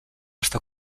està